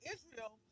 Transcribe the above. Israel